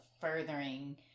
furthering